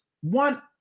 one